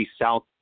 South